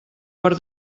per